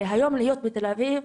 היום להיות בתל אביב,